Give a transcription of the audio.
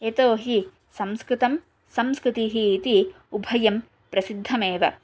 यतो हि संस्कृतं संस्कृतिः इति उभयं प्रसिद्धमेव